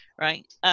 right